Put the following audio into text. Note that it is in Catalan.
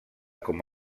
com